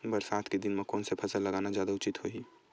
बरसात के दिन म कोन से फसल लगाना जादा उचित होही?